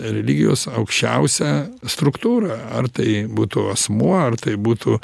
religijos aukščiausią struktūrą ar tai būtų asmuo ar tai būtų